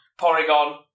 Porygon